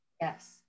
yes